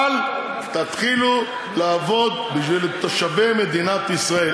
אבל תתחילו לעבוד בשביל תושבי מדינת ישראל.